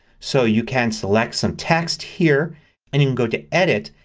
so you can select some text here and then go to edit,